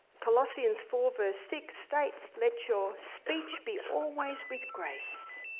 colossians four but six states, let your speech be always with grace,